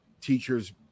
teachers